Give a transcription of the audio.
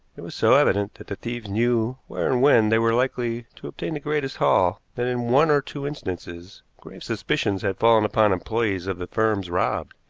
it was so evident that the thieves knew where and when they were likely to obtain the greatest haul that in one or two instances grave suspicions had fallen upon employees of the firms robbed,